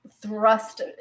thrust